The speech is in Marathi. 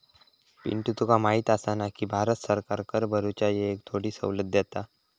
पिंटू तुका माहिती आसा ना, की भारत सरकार कर भरूच्या येळेक थोडी सवलत देता